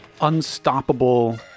unstoppable